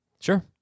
Sure